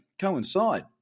coincide